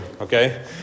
Okay